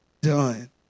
done